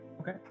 Okay